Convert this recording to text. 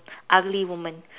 ugly woman